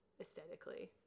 aesthetically